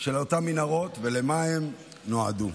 מנהרות ולמה הן נועדו.